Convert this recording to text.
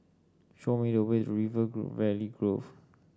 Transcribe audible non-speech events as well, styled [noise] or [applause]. show me the way to River [unintelligible] Valley Grove